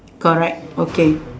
correct okay